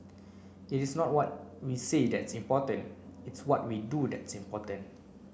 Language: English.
it is not what we say that's important it's what we do that's important